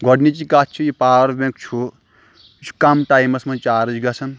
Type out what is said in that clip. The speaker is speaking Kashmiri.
گۄڈٕنِچی کَتھ چھِ یہِ پاوَر بٮ۪نٛک چھُ یہِ چھُ کَم ٹایمَس منٛز چارٕج گژھان